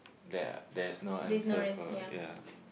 there there is no answer for ya